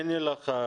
הנה לך,